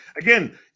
again